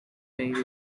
made